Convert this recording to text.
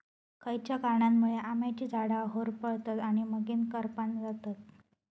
खयच्या कारणांमुळे आम्याची झाडा होरपळतत आणि मगेन करपान जातत?